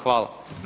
Hvala.